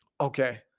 Okay